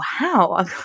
wow